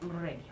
Radio